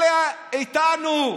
אלה איתנו.